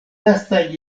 lastaj